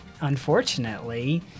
unfortunately